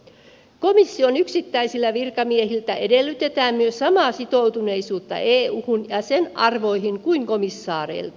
myös komission yksittäisiltä virkamiehiltä edellytetään samaa sitoutuneisuutta euhun ja sen arvoihin kuin komissaareilta